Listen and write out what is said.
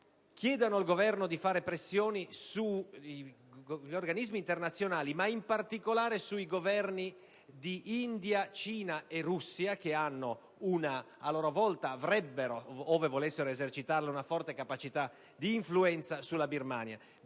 chiedano al Governo di esercitare pressioni sugli organismi internazionali ma, in particolare, sui Governi di India, Cina e Russia, che, a loro volta, avrebbero - ove volessero esercitarla - una forte capacità di influenza sulla Birmania.